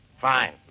Fine